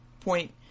point